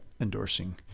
endorsing